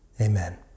amen